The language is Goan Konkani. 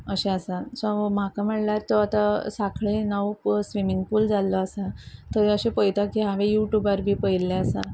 अशें आसात सो म्हाका म्हणल्यार तो आतां साखळे नांव स्विमींग पूल जाल्लो आसा थंय अशें पळयता की हांवें यू ट्यूबार बी पयल्ले आसा